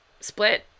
Split